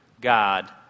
God